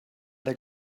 they